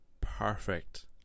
perfect